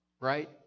right